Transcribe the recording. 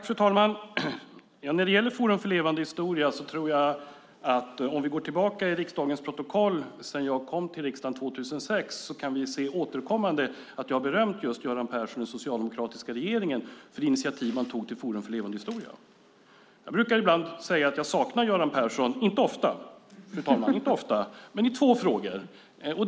Fru talman! När det gäller Forum för levande historia kan man, om man går tillbaka i riksdagens protokoll sedan jag kom till riksdagen 2006, återkommande se att jag har berömt just Göran Persson och den socialdemokratiska regeringen för det initiativ som man tog till Forum för levande historia. Jag säger ibland att jag saknar Göran Persson. Det är inte ofta, men i två frågor gör jag det.